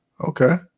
Okay